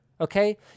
okay